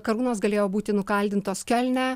karūnos galėjo būti nukaldintos kiolne